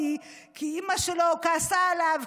כי אימא שלו כעסה עליו,